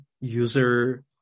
user